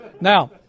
Now